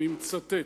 ואני מצטט: